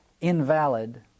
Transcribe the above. invalid